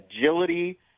agility